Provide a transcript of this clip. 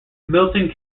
milton